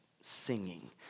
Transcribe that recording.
singing